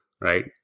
Right